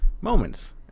moments